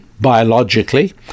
biologically